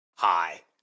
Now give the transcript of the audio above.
Hi